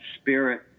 spirit